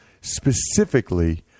Specifically